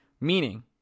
Meaning